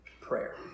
prayer